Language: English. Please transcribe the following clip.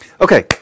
Okay